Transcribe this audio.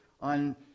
on